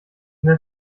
der